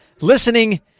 listening